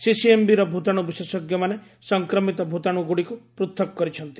ସିସିଏମ୍ବିର ଭୂତାଣୁ ବିଶେଷଜ୍ଞମାନେ ସଂକ୍ରମିତ ଭୂତାଣୁଗୁଡ଼ିକୁ ପୂଥକ କରିଛନ୍ତି